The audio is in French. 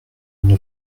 une